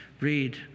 read